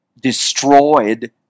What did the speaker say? destroyed